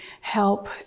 help